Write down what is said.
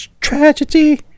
tragedy